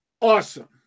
Awesome